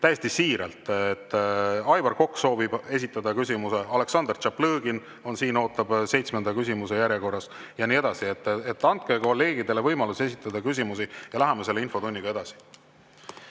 täiesti siiralt: Aivar Kokk soovib esitada küsimuse, Aleksandr Tšaplõgin on siin, ootab seitsmenda küsimuse järjekorras, ja nii edasi. Andke kolleegidele võimalus esitada küsimusi ja läheme selle infotunniga edasi. Varro